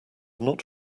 not